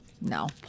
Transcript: No